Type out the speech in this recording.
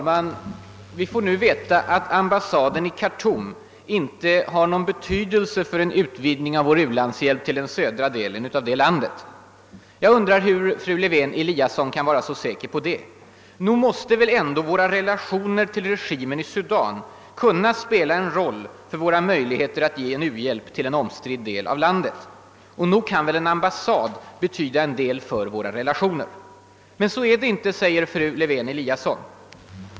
Herr talman! Vi får nu veta att ambassaden i Khartoum inte har någon betydelse för en utvidgning av vår ulandshjälp till södra delen av landet. Jag undrar hur fru Lewén-Eliasson kan vara så säker på det. Nog måste väl ändå våra relationer till regimen i Sudan kunna spela en roll för våra möjligheter att ge u-hjälp till en omstridd del av landet. Och nog kan väl en ambassad betyda en del för våra relationer. Så är det inte, säger fru Lewén-Eliasson.